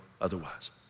otherwise